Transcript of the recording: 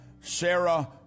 Sarah